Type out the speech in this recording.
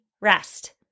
rest